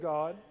God